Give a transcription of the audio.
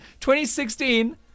2016